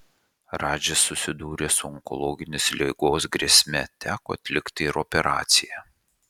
radžis susidūrė su onkologinės ligos grėsme teko atlikti ir operaciją